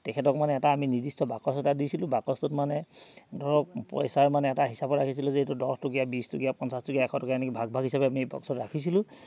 তেখেতক মানে এটা আমি নিৰ্দিষ্ট বাকচ এটা দিছিলোঁ বাকচত মানে ধৰক পইচা মানে এটা হিচাপে ৰাখিছিলোঁ যে এইটো দহ টকীয়া বিশ টকীয়া পঞ্চাছ টকীয়া এশ টকীয়া এনেকে ভাগ ভাগ হিচাপে আমি বাকচত ৰাখিছিলোঁ